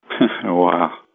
Wow